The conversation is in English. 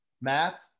Math